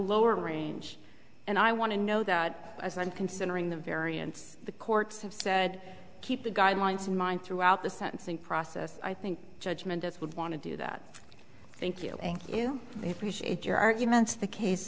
lower range and i want to know that as i'm considering the variance the courts have said keep the guidelines in mind throughout the sentencing process i think judgment us would want to do that thank you thank you they appreciate your arguments the case